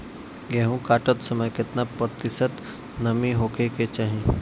गेहूँ काटत समय केतना प्रतिशत नमी होखे के चाहीं?